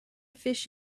fish